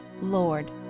Lord